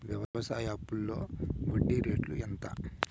వ్యవసాయ అప్పులో వడ్డీ రేట్లు ఎంత?